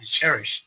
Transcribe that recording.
cherish